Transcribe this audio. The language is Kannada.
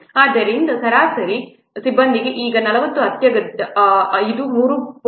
ಆದ್ದರಿಂದ ಸರಾಸರಿ ಸಿಬ್ಬಂದಿಗೆ ಈಗ 40 ಅಗತ್ಯವಿದೆ ಇದು 3